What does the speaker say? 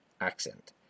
accent